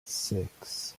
six